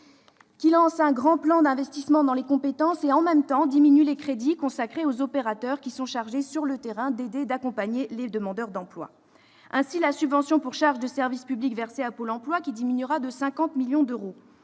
qui lance un grand plan d'investissement dans les compétences et, « en même temps », diminue les crédits consacrés aux opérateurs chargés, sur le terrain, d'aider et d'accompagner les demandeurs d'emploi. Ainsi, la subvention pour charges de service public versée à Pôle emploi diminuera de 50 millions d'euros,